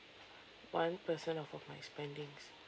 one percent of my spendings